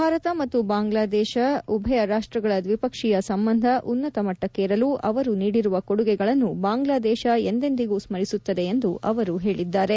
ಭಾರತ ಮತ್ತು ಬಾಂಗ್ಲಾದೇಶ ಉಭಯ ರಾಷ್ಟಗಳ ದ್ವಿಪಕ್ಷೀಯ ಸಂಬಂಧ ಉನ್ನತ ಮಟ್ಟಕ್ಷೀರಲು ಅವರು ನೀಡಿರುವ ಕೊಡುಗೆಗಳನ್ನು ಬಾಂಗ್ಲಾದೇಶ ಎಂದೆಂದಿಗೂ ಸ್ಟರಿಸುತ್ತದೆ ಎಂದು ಅವರು ಹೇಳಿದ್ದಾರೆ